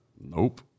Nope